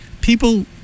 people